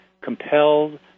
compelled